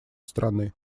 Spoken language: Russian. страны